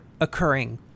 occurring